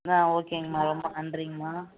ஆ ஓகேங்க அம்மா ரொம்ப நன்றிங்கமா